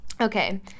okay